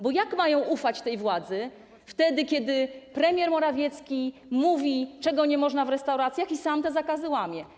Bo jak mają ufać tej władzy, wtedy kiedy premier Morawiecki mówi, czego nie można w restauracjach, a sam te zakazy łamie?